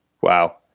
Wow